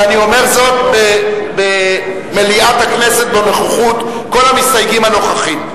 ואני אומר זאת במליאת הכנסת בנוכחות כל המסתייגים הנוכחים.